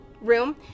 room